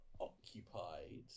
occupied